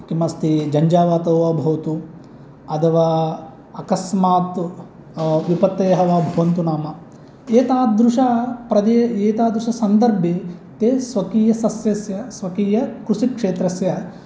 किमस्ति झञ्झावातो वा भवतु अथवा अकस्मात् विपत्तयः वा भवन्तु नाम एतादृश प्रद् एतादृशसन्दर्भे ते स्वकीयसस्यस्य स्वकीयकृषिक्षेत्रस्य